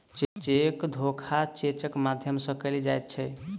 cheque धोखा चेकक माध्यम सॅ कयल जाइत छै